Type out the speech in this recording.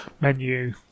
menu